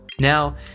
Now